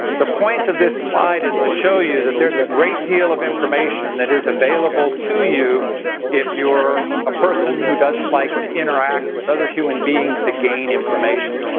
the point of this slide is to show you that there's a great deal of information that is available to you if you're a person that doesn't like to interact with other human beings to gain information.